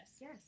Yes